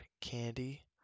candy